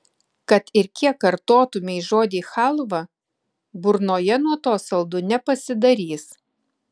kad ir kiek kartotumei žodį chalva burnoje nuo to saldu nepasidarys